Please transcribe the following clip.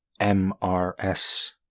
MRS